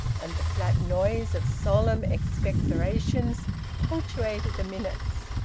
and the flat noise of solemn expectorations punctuated the minutes.